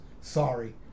Sorry